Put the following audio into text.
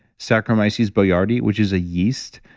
saccharomyces boulardii, which is a yeast,